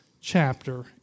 chapter